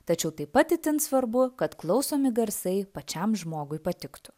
tačiau taip pat itin svarbu kad klausomi garsai pačiam žmogui patiktų